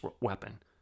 weapon